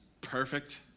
perfect